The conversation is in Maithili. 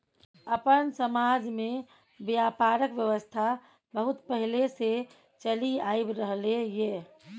अपन समाज में ब्यापारक व्यवस्था बहुत पहले से चलि आइब रहले ये